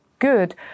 Good